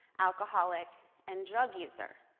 alcoholic, and drug user.